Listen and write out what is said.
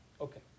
Okay